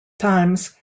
times